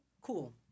Cool